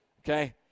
Okay